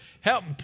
help